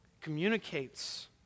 communicates